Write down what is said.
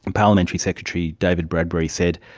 and parliamentary secretary david bradbury said,